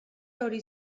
hori